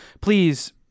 please